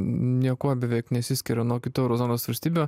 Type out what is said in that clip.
n niekuo beveik nesiskiria nuo kitų euro zonos valstybių